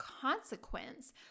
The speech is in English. consequence